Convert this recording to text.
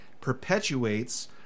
perpetuates